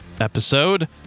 episode